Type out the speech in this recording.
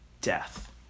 death